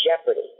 jeopardy